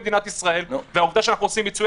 יש חוק במדינת ישראל והעובדה שאנחנו עושים מיצוי